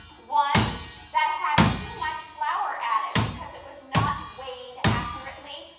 one that had too much flower added because it was not wait accurately,